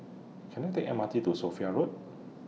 Can I Take M R T to Sophia Road